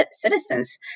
citizens